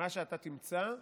מה שאתה תמצא,